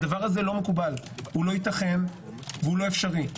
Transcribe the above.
זה לא מקובל, זה לא ייתכן ולא אפשרי.